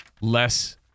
less